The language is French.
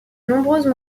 nombreuses